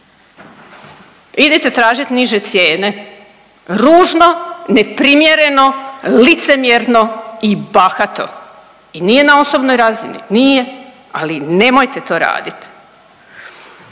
Idite tražiti niže cijene. Ružno, neprimjereno, licemjerno i bahato i nije na osobnoj razini, nije. Ali nemojte to raditi!